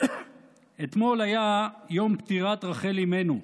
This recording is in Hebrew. אתמול היה יום פטירת רחל אימנו.